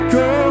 go